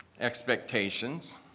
expectations